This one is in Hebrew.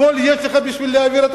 הכול יש לך בשביל להעביר.